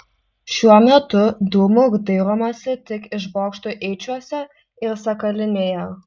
šiuo metu dūmų dairomasi tik iš bokštų eičiuose ir sakalinėje